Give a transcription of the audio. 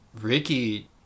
Ricky